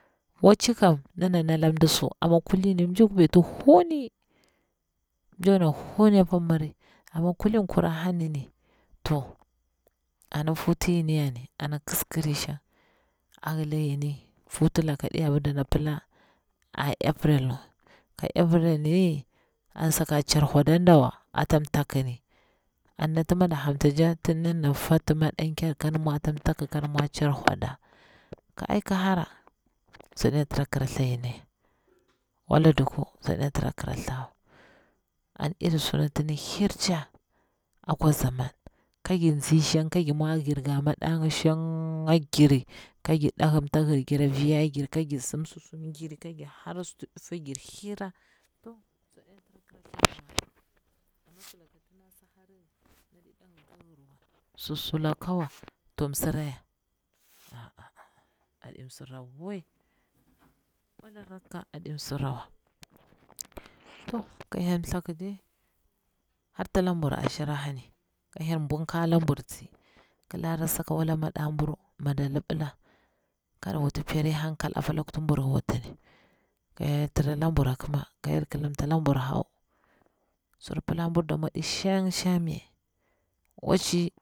Wacci kam ndana nda mdi su amma kulin, mjina huni apa miri, amma kulin kura hani ni, to an futu ijana yini ana kiskiri shang, a hila ngini hutu lakadi ti dana pila a april wa, april ni en saka char wada nda wa, ata mtaku ni, an nati ma dak hamta tcha dana fati madan ker kan mwa ata taku kan mwa char wada, ka ciƙi hara, shadi na tira kira tha yini ya, wala duku swaɗi na tira kira tha yini wa, an iri sunati nɗi hir tcha a kwa zaman, ka gir nzi shang ka gir mwa girga madanga shang, ma giri kagir ɗa hirim ta hira vige giri ka jir sim susum ka jir hara suti nɗifa gir hira, to swadina jira, amma sulaka ɗi nati dani damta hirwa susulakawa to msira ya, aa aɗi msira we, wala rakka aɗi msira wa to ka hyel thaku dori harta labur ashir hani, ka hyel bukkda buru tsi, kila rasaka wala mada buru, mi da li billa kada wut puri harkal opa lakuti mbur wutini, ke hyel tra lebur a kima, ka hyel ki limta labur law, sur pila bwu damwa ɗi shang shang me wochi.